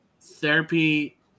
therapy